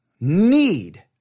need